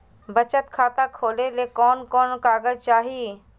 बचत खाता खोले ले कोन कोन कागज चाही?